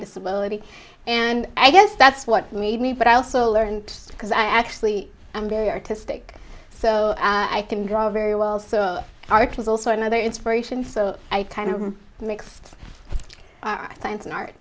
disability and i guess that's what made me but i also learned because i actually i'm very artistic so i can draw very well so art was also another inspiration so i kind of mixed our science in art